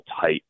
tight